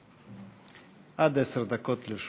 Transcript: יחימוביץ, דוד